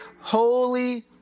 holy